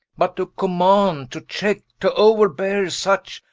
but to command, to check, to o're-beare such,